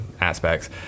aspects